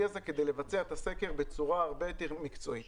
הזה כדי לבצע את הסקר בצורה הרבה יותר מקצועית.